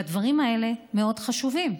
הדברים האלה מאוד חשובים,